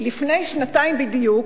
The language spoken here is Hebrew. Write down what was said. לפני שנתיים בדיוק,